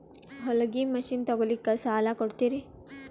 ಹೊಲಗಿ ಮಷಿನ್ ತೊಗೊಲಿಕ್ಕ ಸಾಲಾ ಕೊಡ್ತಿರಿ?